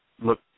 look